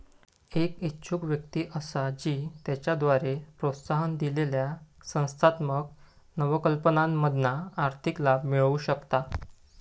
एक इच्छुक व्यक्ती असा जी त्याच्याद्वारे प्रोत्साहन दिलेल्या संस्थात्मक नवकल्पनांमधना आर्थिक लाभ मिळवु शकता